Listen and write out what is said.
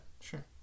Sure